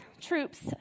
troops